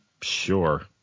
sure